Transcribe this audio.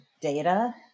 data